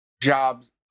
jobs